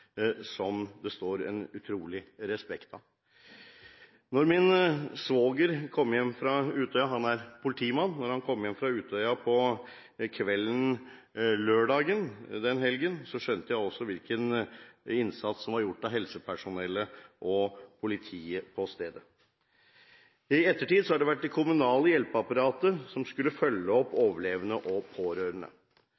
som det står en utrolig respekt av. Da min svoger, som er politimann, kom hjem fra Utøya på lørdagskvelden den helgen, skjønte jeg også hvilken innsats som ble gjort av helsepersonellet og politiet på stedet. I ettertid har det vært det kommunale hjelpeapparatet som skulle følge opp